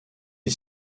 est